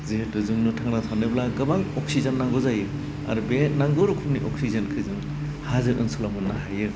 जिहेथु जोंनो थांना थानोब्ला गोबां अक्सिजेन नांगौ जायो आरो बे नांगौ रोखोमनि अक्सिजेनखो जों हाजो ओनसोलाव मोननो हायो